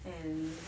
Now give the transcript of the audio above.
and